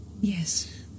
Yes